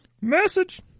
Message